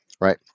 right